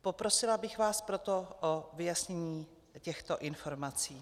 Poprosila bych vás proto o vyjasnění těchto informací.